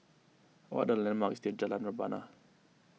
what are the landmarks near Jalan Rebana